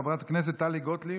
חברת הכנסת טלי גוטליב.